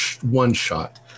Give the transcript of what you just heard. one-shot